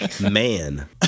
man